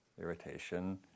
irritation